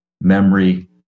memory